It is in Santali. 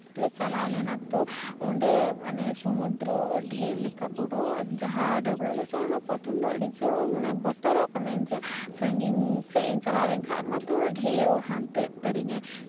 ᱪᱟᱞᱟᱣ ᱞᱮᱱᱟ ᱛᱚ ᱚᱸᱰᱮ ᱢᱟᱱᱮ ᱥᱚᱢᱩᱫᱨᱚ ᱰᱷᱮᱣ ᱞᱮᱠᱟ ᱯᱩᱨᱟᱹ ᱡᱟᱦᱟᱸ ᱰᱟᱹᱵᱽᱨᱟᱹᱜ ᱞᱮ ᱪᱟᱞᱟᱣ ᱞᱮᱱᱟ ᱯᱨᱚᱛᱷᱚᱢ ᱫᱚ ᱟᱹᱰᱤ ᱡᱳᱨ ᱢᱟᱱᱮ ᱵᱚᱛᱚᱨᱚᱜ ᱠᱟᱹᱱᱟᱹᱧ ᱡᱮ ᱥᱟᱺᱜᱤᱧ ᱥᱮᱫ ᱤᱧ ᱪᱟᱞᱟᱣ ᱞᱮᱱᱠᱷᱟᱱ ᱢᱟᱛᱚ ᱰᱷᱮᱣ ᱦᱟᱱᱛᱮ ᱩᱛᱟᱹᱨ ᱤᱧᱟᱹᱭ